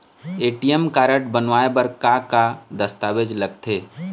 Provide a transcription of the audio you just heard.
ATM card बनवाए बर का का दस्तावेज लगथे?